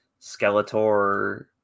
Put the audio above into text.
Skeletor